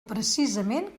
precisament